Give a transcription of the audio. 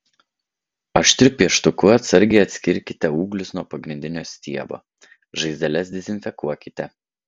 aštriu pieštuku atsargiai atskirkite ūglius nuo pagrindinio stiebo žaizdeles dezinfekuokite